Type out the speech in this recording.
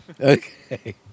Okay